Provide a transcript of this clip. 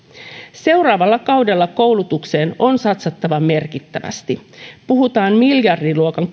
seuraavalla kaudella koulutukseen on satsattava merkittävästi puhutaan miljardiluokan